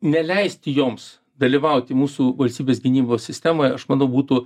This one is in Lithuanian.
neleisti joms dalyvauti mūsų valstybės gynybos sistemoj aš manau būtų